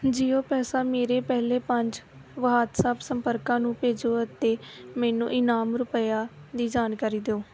JIO ਪੈਸਾ ਮੇਰੇ ਪਹਿਲੇ ਪੰਜ ਵਟਸਐੱਪ ਸੰਪਰਕਾਂ ਨੂੰ ਭੇਜੋ ਅਤੇ ਮੈਨੂੰ ਇਨਾਮ ਰੁਪਿਆ ਦੀ ਜਾਣਕਾਰੀ ਦਿਓ